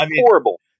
horrible